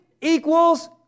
equals